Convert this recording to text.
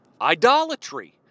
Idolatry